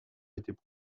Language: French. étaient